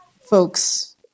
folks